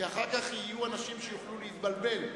כי אחר כך יהיו אנשים שיוכלו להתבלבל,